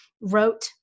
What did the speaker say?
wrote